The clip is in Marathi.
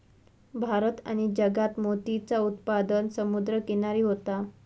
भारत आणि जगात मोतीचा उत्पादन समुद्र किनारी होता